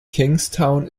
kingstown